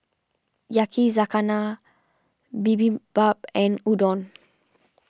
Yakizakana Bibimbap and Udon